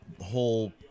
whole